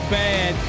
bad